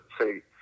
say